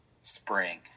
spring